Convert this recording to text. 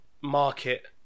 market